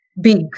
big